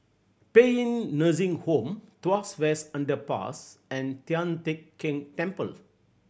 Paean Nursing Home Tuas West Underpass and Tian Teck Keng Temple